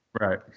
right